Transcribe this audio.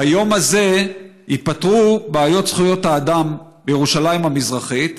ביום הזה ייפתרו בעיות זכויות האדם בירושלים המזרחית,